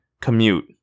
commute